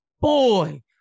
boy